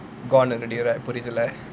gone already right புரீதுள்ள:pureethulla